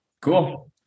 Cool